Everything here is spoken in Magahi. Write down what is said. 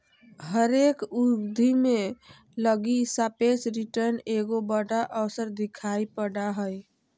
हरेक उद्यमी लगी सापेक्ष रिटर्न एगो बड़ा अवसर दिखाई पड़ा हइ